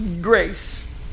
Grace